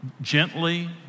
Gently